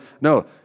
No